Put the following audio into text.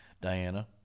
Diana